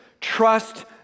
Trust